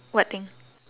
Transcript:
what thing